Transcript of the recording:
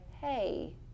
hey